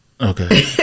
okay